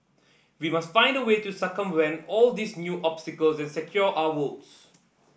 we must find a way to circumvent all these new obstacles and secure our votes